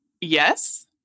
yes